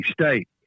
state